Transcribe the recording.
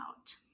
out